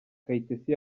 kayitesi